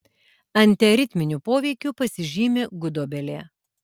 antiaritminiu poveikiu pasižymi gudobelė